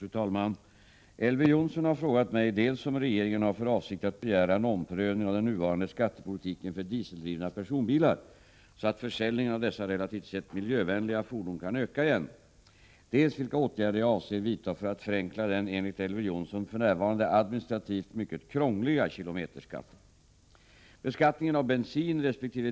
Fru talman! Elver Jonsson har frågat mig dels om regeringen har för avsikt att begära en omprövning av den nuvarande skattepolitiken för dieseldrivna personbilar så att försäljningen av dessa relativt sett miljövänliga fordon kan öka igen, dels vilka åtgärder jag avser vidta för att förenkla den, enligt Elver Jonsson, för närvarande administrativt mycket krångliga kilometerskatten. Beskattningen av bensinresp.